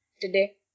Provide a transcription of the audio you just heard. today